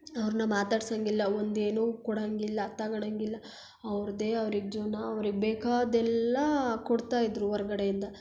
ಅವ್ರನ್ನ ಮಾತಾಡ್ಸೋಂಗಿಲ್ಲ ಒಂದು ಏನೂ ಕೋಡೊಂಗಿಲ್ಲ ತಗೊಳಂಗಿಲ್ಲ ಅವ್ರದ್ದೇ ಅವ್ರಿಗೆ ಜೀವನ ಅವ್ರಿಗೆ ಬೇಕಾದ್ದೆಲ್ಲ ಕೊಡ್ತಾ ಇದ್ದರು ಹೊರ್ಗಡೆಯಿಂದ